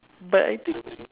but I think